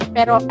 Pero